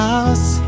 House